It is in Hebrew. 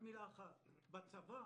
בצבא